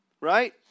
right